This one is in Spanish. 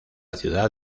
ciudad